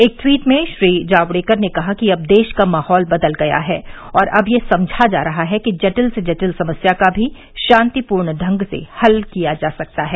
एक ट्वीट में श्री जावड़ेकर ने कहा कि अब देश का माहौल बदल गया है और अब ये समझा जा रहा है कि जटिल से जटिल समस्या का भी शांतिपूर्ण ढंग से हल किया जा सकता है